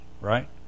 right